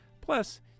Plus